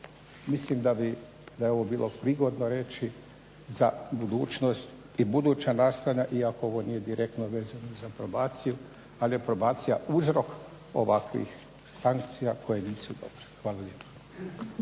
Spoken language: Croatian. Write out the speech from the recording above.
Mislim da bi ovo bilo prigodno reći za budućnost i buduća nastana i ako ovo nije direktno vezano za probaciju ali je probacija uzrok ovakvih sankcija koje nisu dobre. Hvala lijepa.